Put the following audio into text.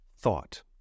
thought